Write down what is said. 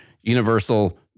universal